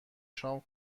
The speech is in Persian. شام